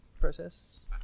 process